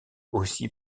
aussi